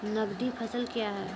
नगदी फसल क्या हैं?